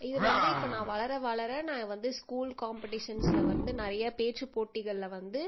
இது வந்து இப்போ நான் வளர வளர நான் வந்து ஸ்கூல் காம்படிஷன்ஸில் வந்து நிறையா பேச்சு போட்டிகளில் வந்து